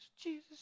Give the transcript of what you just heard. Jesus